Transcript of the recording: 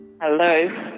Hello